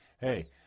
hey